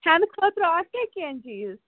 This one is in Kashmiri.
کھٮ۪نہٕ خٲطرٕ آسیٛا کیٚنٛہہ چیٖز